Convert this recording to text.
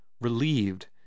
Relieved